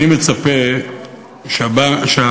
אני מצפה שהממשלה,